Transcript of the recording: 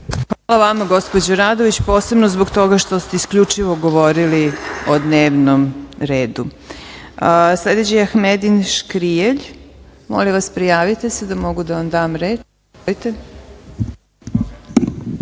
Hvala vama gospođo Radović, posebno zbog toga što ste isključivo govorili o dnevnom redu. Sledeći je Ahmedin Škrijelj. Molim vas prijavite se, da mogu da vam dam reč. Izvolite.